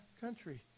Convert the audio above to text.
country